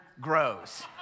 Grows